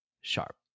sharp